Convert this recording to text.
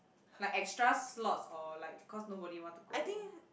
like extra slots or like cause nobody want to go